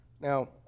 Now